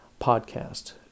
podcast